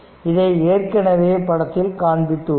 இதை ஏற்கனவே படத்தில் காண்பித்து உள்ளேன்